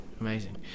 amazing